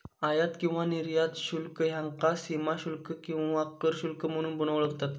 आयात किंवा निर्यात शुल्क ह्याका सीमाशुल्क किंवा कर शुल्क म्हणून पण ओळखतत